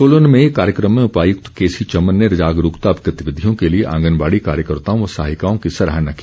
सोलन में एक कार्यक्रम में उपायुक्त केसी चमन ने जागरूकता गतिविधियों के लिए आंगनबाड़ी कार्यकर्ताओं व सहायिकाओं की सराहना की